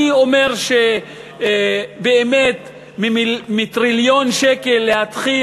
אני אומר שבאמת, מטריליון שקל להתחיל